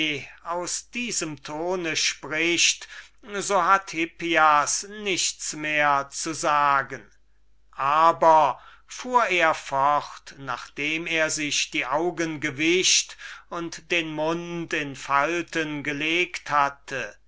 aus diesem tone spricht so hat hippias nichts mehr zu sagen aber fuhr er fort nachdem er sich die augen gewischt und den mund in falten gelegt hatte